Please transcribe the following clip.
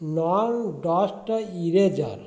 non dust eraser